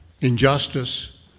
injustice